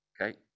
Okay